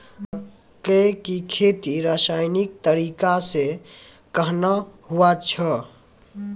मक्के की खेती रसायनिक तरीका से कहना हुआ छ?